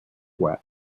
wet